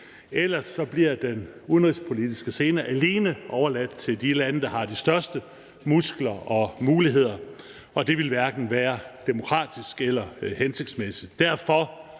ellers bliver den udenrigspolitiske scene alene overladt til de lande, der har de største muskler og muligheder, og det ville hverken være demokratisk eller hensigtsmæssigt.